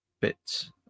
bits